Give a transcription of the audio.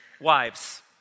Wives